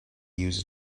user